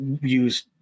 use